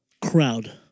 crowd